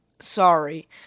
sorry